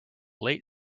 late